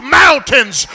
mountains